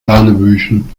hanebüchen